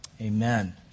amen